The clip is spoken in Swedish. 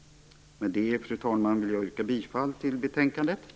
Med det fru talman, vill jag yrka bifall till hemställan i betänkandet.